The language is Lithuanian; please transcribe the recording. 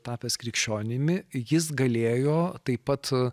tapęs krikščionimi jis galėjo taip pat